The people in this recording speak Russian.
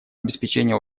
обеспечения